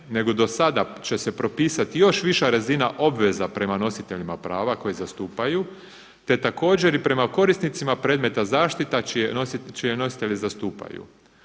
nego do sada će se propisati još viša razina obveza prema nositeljima prava koje zastupaju, te također i prema korisnicima predmeta zaštita čije nositelje zastupaju.